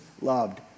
loved